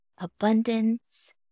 abundance